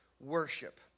worship